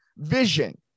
vision